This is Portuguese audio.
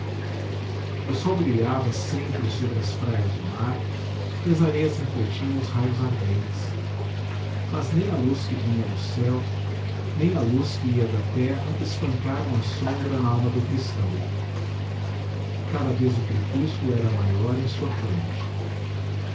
o sol brilhava sempre sobre as praias do mar e as areias refletiam os raios ardentes mas nem a luz que vinha do céu nem a luz que ia da terra espancaram a sombra nalma do cristão cada vez o crepúsculo era maior em sua fronte